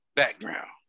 background